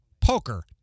poker